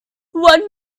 one